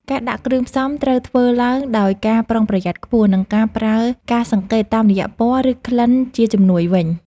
ការដាក់គ្រឿងផ្សំត្រូវធ្វើឡើងដោយការប្រុងប្រយ័ត្នខ្ពស់ និងប្រើការសង្កេតតាមរយៈពណ៌ ឬក្លិនជាជំនួយវិញ។